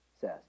says